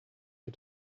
mir